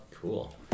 Cool